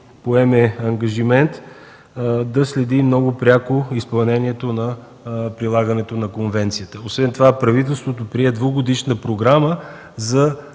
поеме ангажимента да следи много пряко изпълнението на прилагането на конвенцията. Освен това правителството прие двугодишна програма за